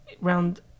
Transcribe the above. round